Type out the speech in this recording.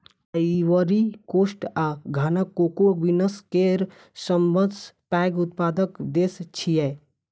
Ivory Coast आ Ghana cocoa beans केर सबसं पैघ उत्पादक देश छियै